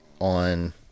on